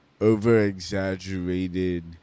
over-exaggerated